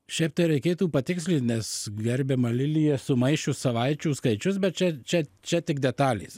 šiaip tai reikėtų patikslin nes gerbiama lilija sumaišius savaičių skaičius bet čia čia čia tik detalės